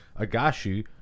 Agashi